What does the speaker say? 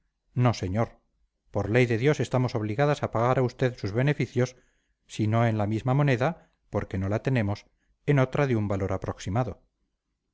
no señor por ley de dios estamos obligadas a pagar a usted sus beneficios si no en la misma moneda porque no la tenemos en otra de un valor aproximado